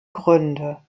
gründe